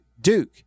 Duke